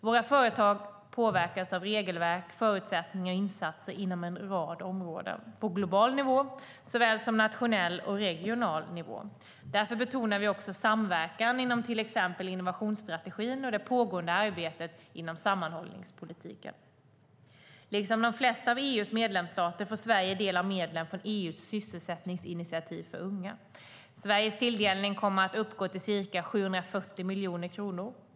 Våra företag påverkas av regelverk, förutsättningar och insatser inom en rad områden, på global nivå såväl som på nationell och regional nivå. Därför betonar vi också samverkan inom till exempel innovationsstrategin och det pågående arbetet inom sammanhållningspolitiken. Liksom de flesta av EU:s medlemsstater får Sverige del av medlen från EU:s sysselsättningsinitiativ för unga. Sveriges tilldelning kommer att uppgå till ca 740 miljoner kronor.